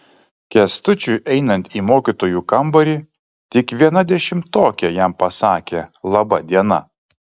kęstučiui einant į mokytojų kambarį tik viena dešimtokė jam pasakė laba diena